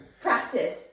Practice